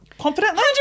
confidently